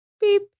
beep